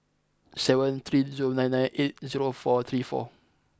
seven three zero nine nine eight zero four three four